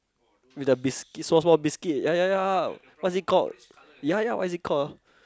with the biscuit small small biscuit ya ya ya what is it called ya ya what is it called